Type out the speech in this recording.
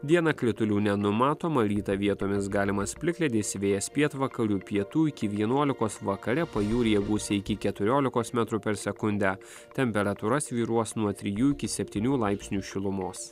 dieną kritulių nenumatoma rytą vietomis galimas plikledis vėjas pietvakarių pietų iki vienuolikos vakare pajūryje gūsiai iki keturiolikos metrų per sekundę temperatūra svyruos nuo trijų iki septynių laipsnių šilumos